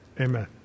amen